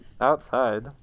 outside